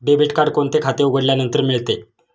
Debit card कोणते खाते उघडल्यानंतर मिळते?